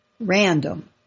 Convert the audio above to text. Random